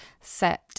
set